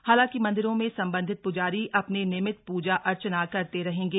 हालांकि मंदिरों में संबंधित पुजारी अपनी नियमित पूजा अर्चना करते रहेंगे